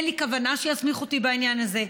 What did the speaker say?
ואין לי כוונה שיסמיך אותי בעניין הזה.